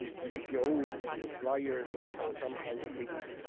make your own sort of fliers or or some kind of things.